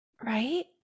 right